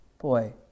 boy